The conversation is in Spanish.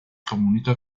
comunica